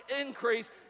increase